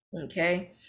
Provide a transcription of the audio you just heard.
Okay